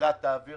והוועדה תעביר